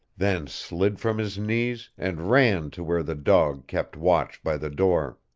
then slid from his knees and ran to where the dog kept watch by the door.